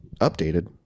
Updated